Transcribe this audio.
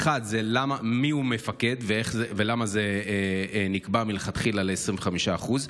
האחד, מיהו מפקד ולמה זה נקבע מלכתחילה ל-25%?